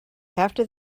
after